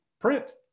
print